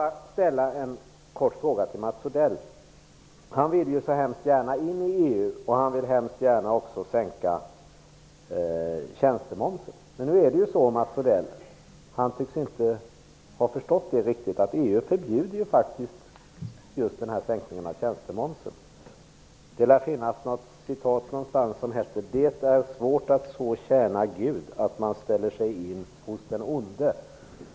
Jag vill ställa en kort fråga till Mats Odell. Han vill ju hemskt gärna in i EU, och han vill helst också sänka tjänstemomsen. Men han tycks inte ha förstått att EU förbjuder en sänkning av just tjänstemomsen. Det finns ett talesätt som lyder: Det är svårt att så tjäna Gud att man ställer sig in hos den onde.